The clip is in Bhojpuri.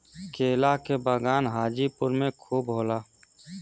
केला के बगान हाजीपुर में खूब होला